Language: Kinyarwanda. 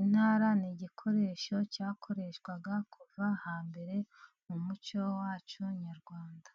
intara ni igikoresho cyakoreshwaga kuva hambere mu mucyo wacu nyarwanda.